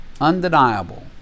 Undeniable